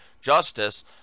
justice